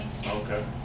Okay